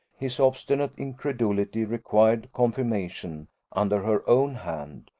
his obstinate incredulity required confirmation under her own hand,